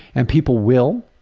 and people will,